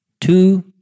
Two